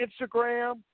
Instagram